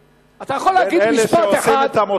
אתה יכול להגיד משפט אחד,